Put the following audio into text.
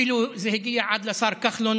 זה אפילו הגיע פעם אחת עד לשר כחלון,